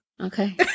Okay